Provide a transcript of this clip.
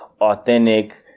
authentic